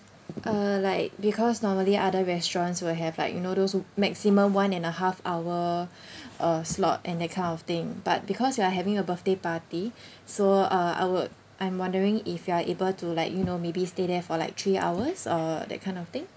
uh like because normally other restaurants will have like you know those maximum one and a half hour uh slot and that kind of thing but because we are having a birthday party so uh I would I'm wondering if you are able to like you know maybe stay there for like three hours or that kind of thing